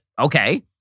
okay